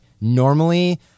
normally